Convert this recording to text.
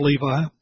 Levi